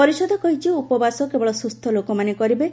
ପରିଷଦ କହିଛି ଉପବାସ କେବଳ ସୁସ୍ଥଲୋକମାନେ କରିବେ